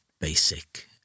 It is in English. basic